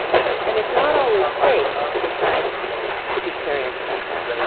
and it's not always safe to decide to be curious about that,